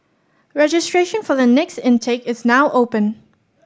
registration for the next intake is now open